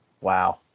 Wow